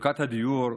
מצוקת הדיור,